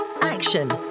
action